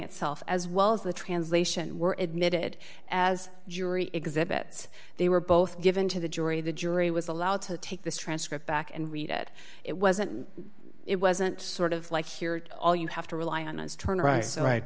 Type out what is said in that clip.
itself as well as the translation were admitted as jury exhibits they were both given to the jury the jury was allowed to take this transcript back and read it it wasn't it wasn't sort of like here all you have to rely on is turn right so right